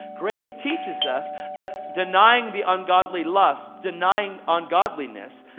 grace teaches us that denying the ungodly lust, denying ungodliness,